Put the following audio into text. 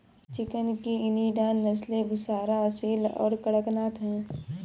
chicken की Indian नस्लें बुसरा, असील और कड़कनाथ हैं